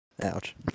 Ouch